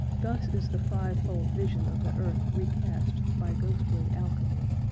thus is the fivefold vision of the earth recast by ghostly alchemy.